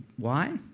why?